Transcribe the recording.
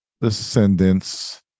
descendants